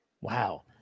Wow